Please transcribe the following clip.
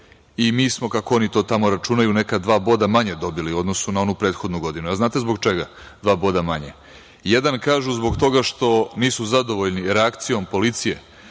i mi smo, kako oni to tamo računaju, neka dva boda manje dobili u odnosu na onu prethodnu godinu. A znate zbog čega dva boda manje? Jedan, kažu, zbog toga što nisu zadovoljni reakcijom policije